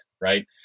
right